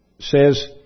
says